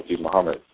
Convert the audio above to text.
Muhammad